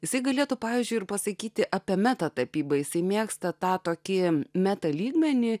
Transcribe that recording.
jisai galėtų pavyzdžiui ir pasakyti apie metą tapybą jisai mėgsta tą tokį metą lygmenį